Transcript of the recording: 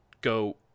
go